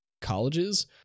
colleges